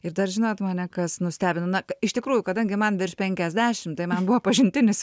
ir dar žinot mane kas nustebino na iš tikrųjų kadangi man virš penkiasdešim tai man buvo pažintinis